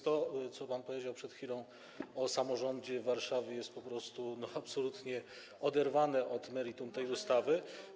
To, co pan powiedział przed chwilą o samorządzie Warszawy, jest po prostu absolutnie oderwane od meritum tej ustawy.